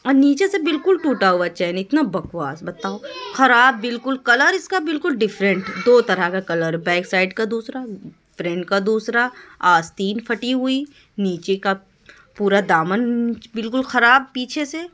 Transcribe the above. اور نیچے سے بالکل ٹوٹا ہوا چین ہے اتنا بکواس بتاؤ خراب بالکل کلر اس کا بالکل ڈفرینٹ دو طرح کا کلر بیک سائیڈ کا دوسرا فرینٹ کا دوسرا آستین پھٹی ہوئی نیچے کا پورا دامن بالکل خراب پیچھے سے